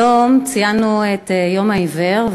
היום ציינו את יום העיוור,